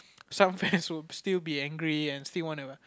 some fans were still be angry and still wanna